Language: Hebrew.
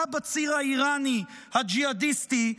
הפגיעה בציר האיראני הג'יהאדיסטי,